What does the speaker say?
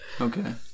okay